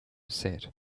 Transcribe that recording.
set